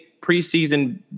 preseason